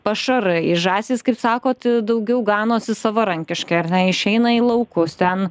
pašarai žąsys kaip sakot daugiau ganosi savarankiškai ar ne išeina į laukus ten